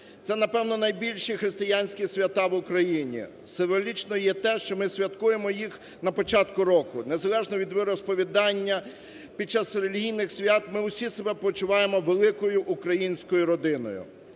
Це, напевне, найбільші християнські свята в Україні. Символічно є те, що ми святкуємо їх на початку року, незалежно від віросповідання, під час релігійних свят ми усі себе почуваємо великою українською родиною.